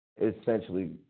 essentially